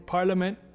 Parliament